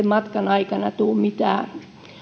matkan aikana tule mitään